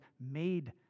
made